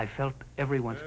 i felt everyone